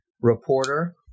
reporter